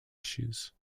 issues